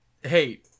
hey